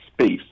space